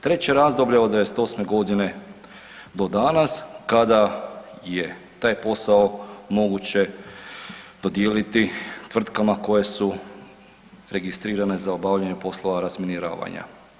Treće razdoblje od 98. godine do danas kada je taj posao moguće dodijeliti tvrtkama koje su registrirane za obavljanje poslova razminiravanja.